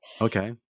Okay